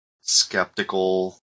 skeptical